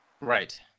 right